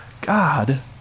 God